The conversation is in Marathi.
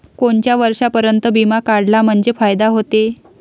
कोनच्या वर्षापर्यंत बिमा काढला म्हंजे फायदा व्हते?